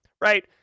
right